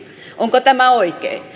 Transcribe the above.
onko tämä oikein